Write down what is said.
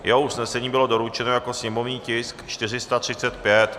Jeho usnesení bylo doručeno jako sněmovní tisk 435.